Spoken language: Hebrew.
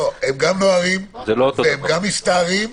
הם גם נוהרים והם גם מסתערים.